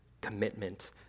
commitment